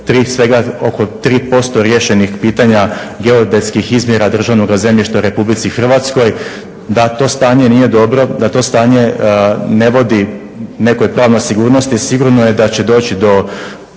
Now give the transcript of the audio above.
svega oko 3% riješenih pitanja geodetskih izmjera državnoga zemljišta u Republici Hrvatskoj, da to stanje nije dobro, da to stanje ne vodi nekoj pravnoj sigurnosti sigurno je da će doći do